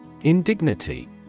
Indignity